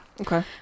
Okay